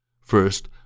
First